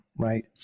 right